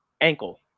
ankle